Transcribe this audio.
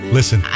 Listen